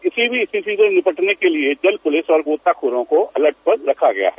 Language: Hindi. किसी भी स्थिति से निपटने के लिये जलपुलिस और गोताखोरों को अलर्ट पर रखा गया है